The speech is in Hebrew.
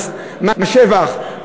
מס שבח,